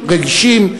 רגישים,